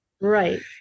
Right